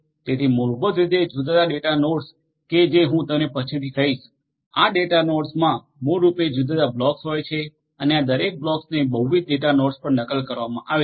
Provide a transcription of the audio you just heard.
તેથી મૂળભૂત રીતે જુદા જુદા ડેટા નોડ્સ કે જે હું તમને પછીથી કહીશ આ ડેટા નોડ્સમાં મૂળ રૂપે જુદા જુદા બ્લોક્સ હોય છે અને આ દરેક બ્લોક્સને બહુવિધ ડેટા નોડ્સ પર નકલ કરવામાં આવે છે